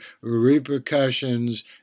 repercussions